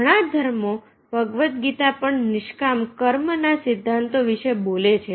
ઘણા ધર્મો ભગવદ ગીતા પણ નિષ્કામ કર્મ ના સિદ્ધાંતો વિશે બોલે છે